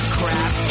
crap